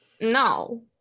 No